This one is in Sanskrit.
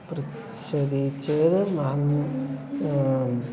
पृच्छति चेद् अहम्